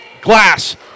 Glass